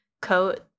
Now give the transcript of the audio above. coat